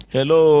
Hello